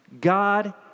God